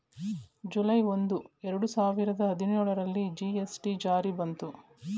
July ಒಂದು, ಎರಡು ಸಾವಿರದ ಹದಿನೇಳರಲ್ಲಿ ಜಿ.ಎಸ್.ಟಿ ಜಾರಿ ಬಂತು